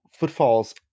Footfalls